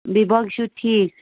بیٚیہِ باقٕے چھُو ٹھیٖک